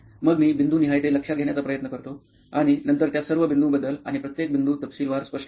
मग मी बिंदूनिहाय ते लक्षात घेण्याचा प्रयत्न करतो आणि नंतर त्या सर्व बिंदूंबद्दल आणि प्रत्येक बिंदू तपशीलवार स्पष्ट करतो